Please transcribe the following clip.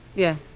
yeah,